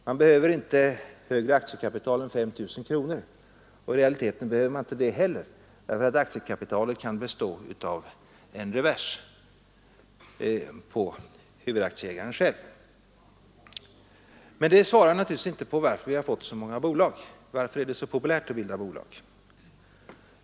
Man behöver inte större aktiekapital än 5 000 kronor, och i realiteten behöver man inte det heller, därför att aktiekapitalet kan bestå av en revers på huvudaktieägaren själv. Men det svarar naturligtvis inte på frågan varför vi har fått så många bolag. Varför är det så populärt att bilda bolag?